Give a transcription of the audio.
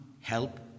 Help